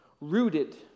rooted